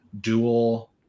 dual